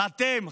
ואתם,